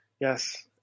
Yes